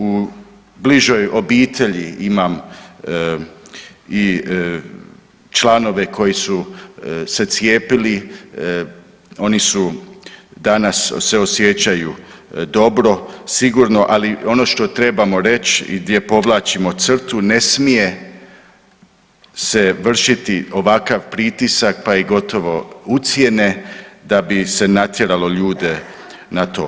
U bližoj obitelji imam i članovi koji su se cijepili, oni se danas osjećaju dobro i sigurno, ali ono što trebamo reć i gdje povlačimo crtu ne smije se vršiti ovakav pritisak, pa i gotovo ucjene da bi se natjeralo ljude na to.